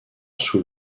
sous